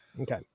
okay